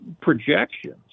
projections